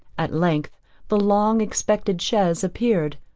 at length the long-expected chaise appeared.